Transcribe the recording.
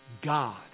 God